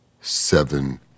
seven